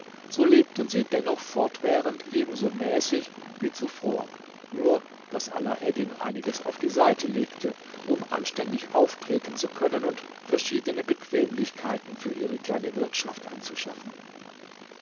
so lebten sie dennoch fortwährend ebenso mäßig wie zuvor nur daß alaeddin einiges auf die seite legte um anständig auftreten zu können und verschiedene bequemlichkeiten für ihre kleine wirtschaft anzuschaffen